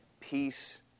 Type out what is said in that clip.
Peace